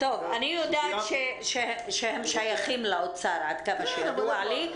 אני יודעת שהם שייכים לאוצר, עד כמה שידוע לי.